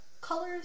colors